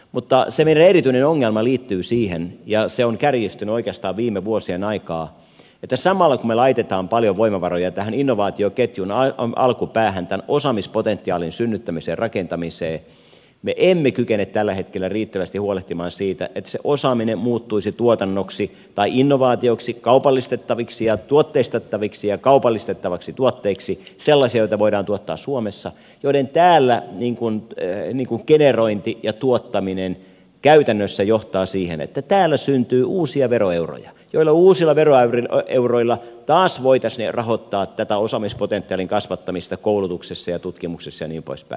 mutta se meidän erityinen ongelmamme liittyy siihen ja se on kärjistynyt oikeastaan viime vuosien aikaan että samalla kun me laitamme paljon voimavaroja tähän innovaatioketjun alkupäähän tämän osaamispotentiaalin synnyttämiseen ja rakentamiseen me emme kykene tällä hetkellä riittävästi huolehtimaan siitä että se osaaminen muuttuisi tuotannoksi tai innovaatioiksi kaupallistettaviksi ja tuotteistettaviksi tuotteiksi sellaisiksi joita voidaan tuottaa suomessa joiden täällä generointi ja tuottaminen käytännössä johtaa siihen että täällä syntyy uusia veroeuroja joilla uusilla veroeuroilla taas voitaisiin rahoittaa tätä osaamispotentiaalin kasvattamista koulutuksessa ja tutkimuksessa ja niin poispäin